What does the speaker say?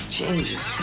changes